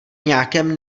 nějakém